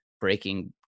breaking